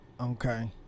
Okay